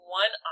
one